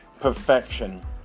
perfection